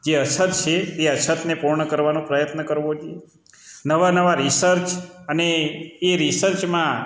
જે અછત છે તે અછતને પૂર્ણ કરવાનો પ્રયત્ન કરવો જોઈએ નવા નવા રિસર્ચ અને એ રિસર્ચમાં